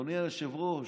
אדוני היושב-ראש,